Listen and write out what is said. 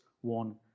one